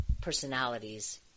personalities